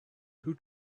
who